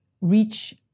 Reach